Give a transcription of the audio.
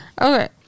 Okay